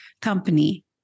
company